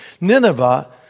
Nineveh